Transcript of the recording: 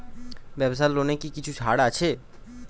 ব্যাবসার লোনে কি কিছু ছাড় আছে?